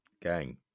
Gang